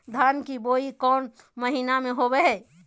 धान की बोई कौन महीना में होबो हाय?